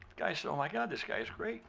guy said, oh, my god, this guy is great.